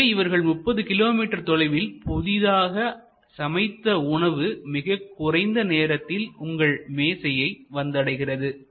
எனவே 30 கிலோமீட்டர் தொலைவில் புதிதாக சமைத்த உணவு மிகக் குறைந்த நேரத்தில் உங்களது மேசையை வந்தடைகிறது